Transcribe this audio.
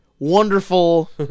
Wonderful